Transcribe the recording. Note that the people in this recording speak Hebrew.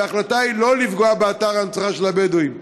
וההחלטה היא לא לפגוע באתר ההנצחה של הבדואים.